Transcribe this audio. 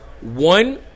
One